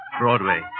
Broadway